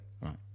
Right